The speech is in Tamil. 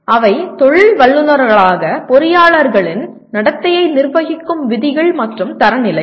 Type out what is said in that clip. அவை தொழில் வல்லுநர்களாக பொறியாளர்களின் நடத்தையை நிர்வகிக்கும் விதிகள் மற்றும் தரநிலைகள்